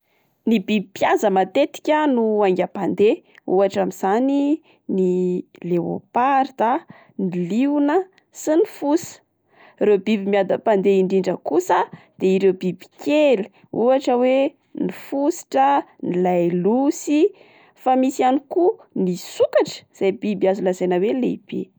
Ny biby pihaza matetika no haingam-pandeha ohatra amin'izany: ny leoparda, ny liona sy ny fosa. Ireo biby miadam-pandeha indrindra kosa de ireo biby kely ohatra oe: ny fositra, ny lailosy, fa misy ihany koa ny sokatra izay biby azo lazaina oe lehibe.